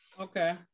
Okay